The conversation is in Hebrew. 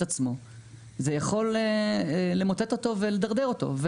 עצמו זה יכול למוטט אותו ולדרדר אותו.